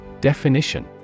Definition